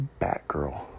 Batgirl